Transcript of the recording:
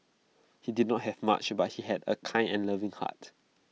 he did not have much but he had A kind and loving heart